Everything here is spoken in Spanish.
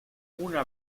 una